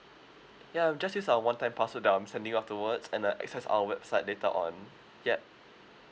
ya just use our time password that I'm sending you afterwards and uh access our website later on yup